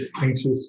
anxious